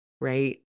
right